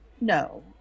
No